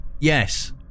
Yes